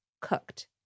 cooked